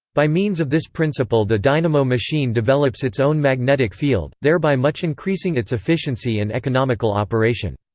by means of this principle the dynamo machine develops its own magnetic field, thereby much increasing its efficiency and economical operation.